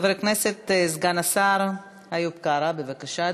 חבר הכנסת סגן השר איוב קרא, בבקשה,